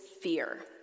fear